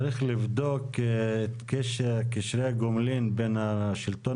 צריך לבדוק את קשרי הגומלין בין השלטון